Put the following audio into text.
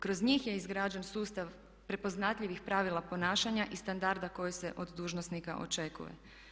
Kroz njih je izgrađen sustav prepoznatljivih pravila ponašanja i standarda koja se od dužnosnika očekuje.